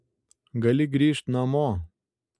gali grįžt namo